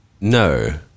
No